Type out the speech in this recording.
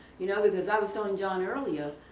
you know because i was telling john earlier